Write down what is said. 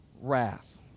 wrath